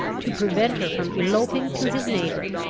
to prevent her from eloping to his neighbour,